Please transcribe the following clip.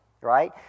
right